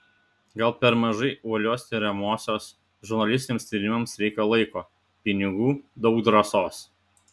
gal per mažai uolios tiriamosios žurnalistiniams tyrimams reikia laiko pinigų daug drąsos